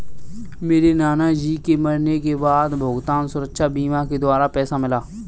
मेरे नाना जी के मरने के बाद भुगतान सुरक्षा बीमा के द्वारा पैसा मिला